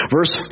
Verse